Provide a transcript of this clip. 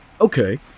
Okay